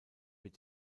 wird